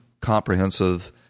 comprehensive